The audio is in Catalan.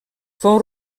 fou